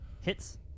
Hits